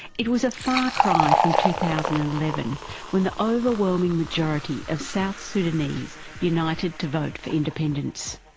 it was a far cry from two thousand and eleven when the overwhelming majority of south sudanese united to vote for independence.